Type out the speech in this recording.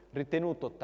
ritenuto